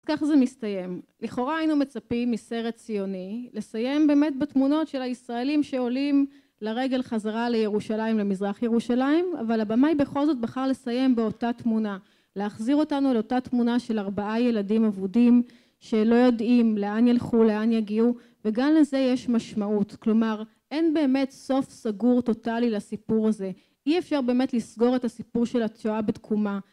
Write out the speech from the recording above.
כך זה מסתיים. לכאורה היינו מצפים מסרט ציוני לסיים באמת בתמונות של הישראלים שעולים לרגל חזרה לירושלים למזרח ירושלים אבל הבמאי בכל זאת בחר לסיים באותה תמונה, להחזיר אותנו לאותה תמונה של ארבעה ילדים אבודים שלא יודעים לאן ילכו לאן יגיעו וגם לזה יש משמעות. כלומר אין באמת סוף סגור טוטלי לסיפור הזה, אי אפשר באמת לסגור את הסיפור של השואה בתקומה